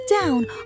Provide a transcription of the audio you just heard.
down